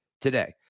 today